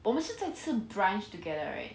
我们是在吃 brunch together right